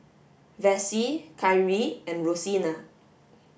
Vassie Kyrie and Rosina